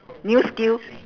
new skill